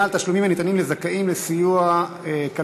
ביטחון (הגנה על תשלומים הניתנים לזכאים לסיוע כלכלי),